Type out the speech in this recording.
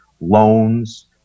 loans